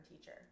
teacher